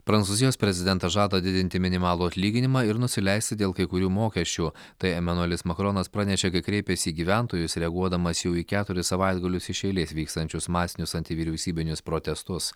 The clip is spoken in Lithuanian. prancūzijos prezidentas žada didinti minimalų atlyginimą ir nusileisti dėl kai kurių mokesčių tai emanuelis makronas pranešė kai kreipėsi į gyventojus reaguodamas jau į keturis savaitgalius iš eilės vykstančius masinius antivyriausybinius protestus